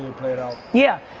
played out. yeah,